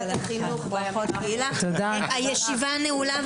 הישיבה נעולה.